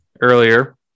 earlier